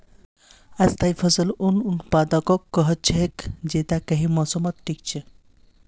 स्थाई फसल उन उत्पादकक कह छेक जैता कई मौसमत टिक छ